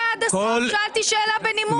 שאלתי שאלה בנימוס.